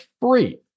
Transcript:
free